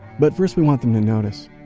but first, we want them to notice.